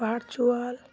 বাড়চুল